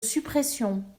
suppression